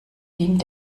dient